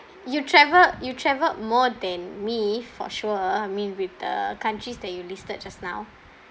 you travelled you travelled more than me for sure I mean with the countries that you listed just now